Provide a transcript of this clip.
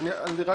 רק